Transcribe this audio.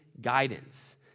guidance